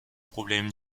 problème